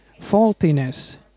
faultiness